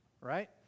Right